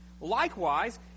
Likewise